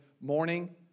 morning